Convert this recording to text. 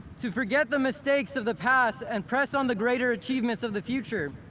to forget the mistakes of the past and press on the greater achievements of the future,